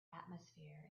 atmosphere